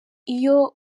iyo